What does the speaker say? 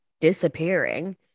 disappearing